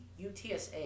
UTSA